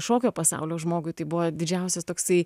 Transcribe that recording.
šokio pasaulio žmogui tai buvo didžiausias toksai